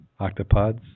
Octopods